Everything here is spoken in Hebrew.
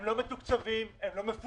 הם לא מתוקצבים, הם לא מפוקחים